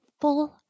full